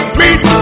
meet